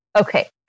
Okay